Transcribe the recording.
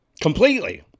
completely